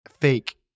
fake